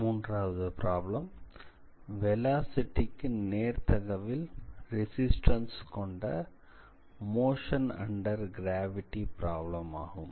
மூன்றாவது பிராப்ளம் வெலாசிட்டிக்கு நேர்த்தகவில் ரெசிஸ்டன்ஸ் கொண்ட மோசன் அண்டர் கிராவிட்டி பிராப்ளம் ஆகும்